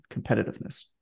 competitiveness